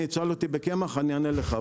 אני אם תשאל אותי בקמח אענה לך,